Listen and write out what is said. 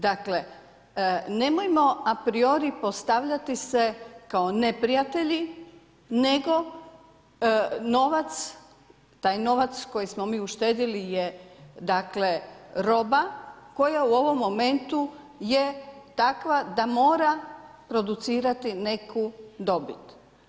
Dakle, nemojmo apriori postavljati se kao neprijatelji, nego, novac, taj novac, koji smo mi uštedili je roba koja u ovom momentu je takva, da mora producirati neku dobit.